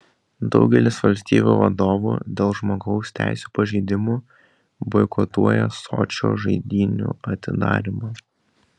daugelis valstybių vadovų dėl žmogaus teisių pažeidimų boikotuoja sočio žaidynių atidarymą